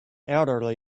elderly